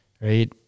Right